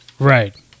Right